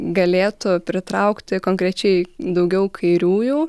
galėtų pritraukti konkrečiai daugiau kairiųjų